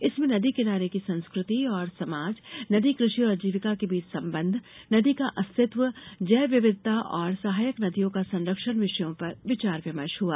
इनमें नदी किनारे की संस्कृति और समाज नदी कृषि और आजीविका के बीच संबंध नदी का अस्तित्व जैव विविधता और सहायक नदियों का संरक्षण विषयों पर विचार विमर्श हुआ